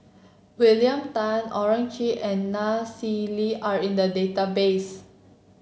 William Tan Owyang Chi and Nai Swee Leng are in the database